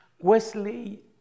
Wesley